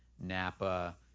Napa